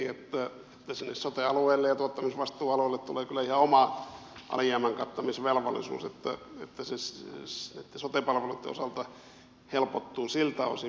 sote alueille ja tuottamisvastuualueille tulee kyllä ihan oma alijäämän kattamisvelvollisuus niin että se sote palveluitten osalta helpottuu siltä osin